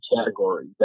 category